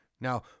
Now